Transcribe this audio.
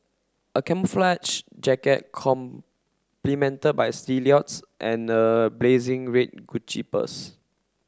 a camouflage jacket complemented by stilettos and a blazing red Gucci purse